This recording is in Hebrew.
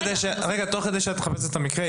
תוך שאת מחפשת את המקרה,